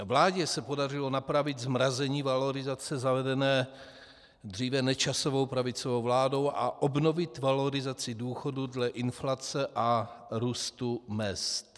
Vládě se podařilo napravit zmrazení valorizace zavedené dříve Nečasovou pravicovou vládou a obnovit valorizaci důchodů dle inflace a růstu mezd.